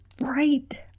right